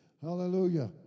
Hallelujah